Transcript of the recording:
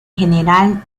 general